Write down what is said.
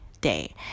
day